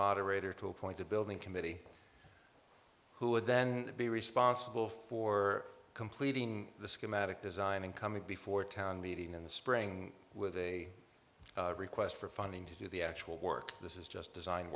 moderator to appoint a building committee who would then be responsible for completing the schematic design and coming before town meeting in the spring with a request for funding to do the actual work this is just design